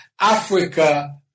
Africa